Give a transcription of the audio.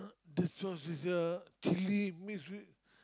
this sauce is a chilli mixed with